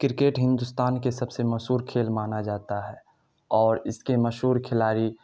cricket Hindustan کے سب سے مشہور کھیل مانا جاتا ہے اور اس کے مشہور کھلاڑی